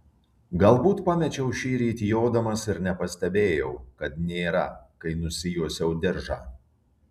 galbūt pamečiau šįryt jodamas ir nepastebėjau kad nėra kai nusijuosiau diržą